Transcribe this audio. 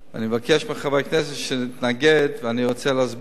ואני מבקש מחברי הכנסת שנתנגד, ואני רוצה להסביר.